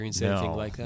no